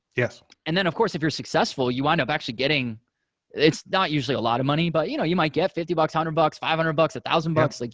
yeah and then of course if you're successful, you wind up actually getting it's not usually a lot of money, but you know you might get fifty bucks, a hundred bucks, five hundred bucks, a thousand bucks. like